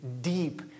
deep